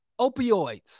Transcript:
opioids